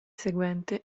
seguente